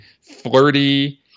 flirty